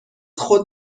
خود